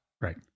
right